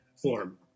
form